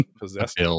possessed